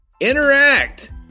Interact